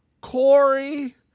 Corey